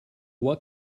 what